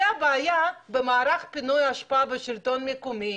זו הבעיה במערך פינוי האשפה בשלטון המקומי,